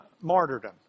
martyrdom